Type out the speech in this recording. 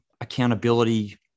accountability